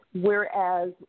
Whereas